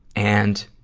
and,